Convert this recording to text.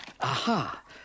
Aha